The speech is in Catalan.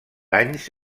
anys